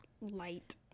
light